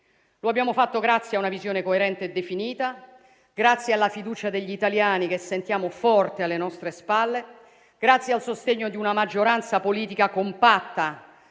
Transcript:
Lo abbiamo fatto grazie a una visione coerente e definita; grazie alla fiducia degli italiani, che sentiamo forte alle nostre spalle; grazie al sostegno di una maggioranza politica compatta,